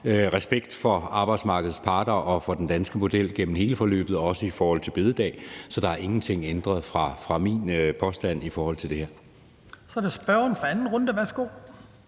respekt for arbejdsmarkedets parter og for den danske model gennem hele forløbet og også i forhold til bededagen. Så der er ingenting ændret i min påstand i forhold til det her. Kl. 20:13 Den fg. formand (Hans